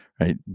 right